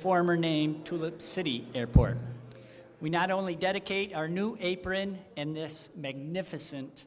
former name to the city airport we not only dedicate our new apron in this magnificent